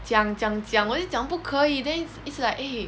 讲讲讲我就讲不可以 then it's like eh